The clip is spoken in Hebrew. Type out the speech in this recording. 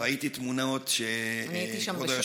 ראיתי תמונות, נכון.